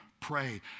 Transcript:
pray